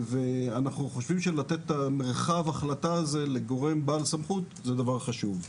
אנחנו חושבים שלתת את מרחב ההחלטה הזה לגורם בעל סמכות זה דבר חשוב.